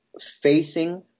facing